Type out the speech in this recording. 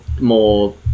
more